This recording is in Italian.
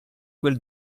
quel